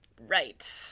Right